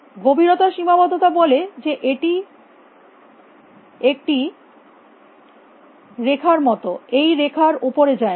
গভীরতা সীমাবদ্ধতা বলে যে এটি একটি এর মত এই রেখার উপরে যায়ে না